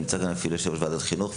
והיה כאן יושב-ראש ועדת החינוך.